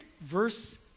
verse